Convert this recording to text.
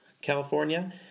California